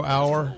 Hour